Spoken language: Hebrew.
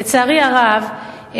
לצערי הרב,